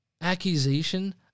accusation